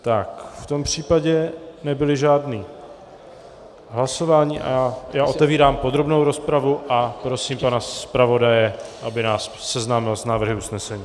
V tom případě nebyla žádná hlasování a já otevírám podrobnou rozpravu a prosím pana zpravodaje, aby nás seznámil s návrhy usnesení.